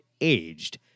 Aged